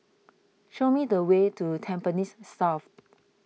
show me the way to Tampines South